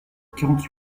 quarante